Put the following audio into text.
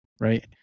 Right